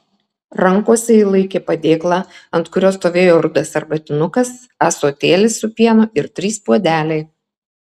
rankose ji laikė padėklą ant kurio stovėjo rudas arbatinukas ąsotėlis su pienu ir trys puodeliai